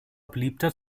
beliebter